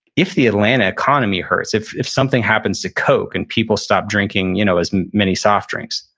if the atlanta economy hurts, if if something happens to coke and people stop drinking you know as many soft drinks,